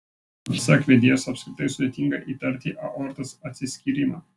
pasak vedėjos apskritai sudėtinga įtarti aortos atsiskyrimą